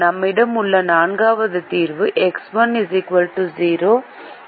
நம்மிடம் உள்ள நான்காவது தீர்வு எக்ஸ் 1 0 எக்ஸ் 2 8